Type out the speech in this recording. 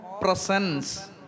presence